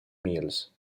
meals